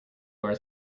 our